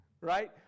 right